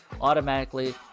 Automatically